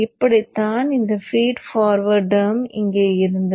இப்படித்தான் இந்த feed forward term இங்கே இருந்தது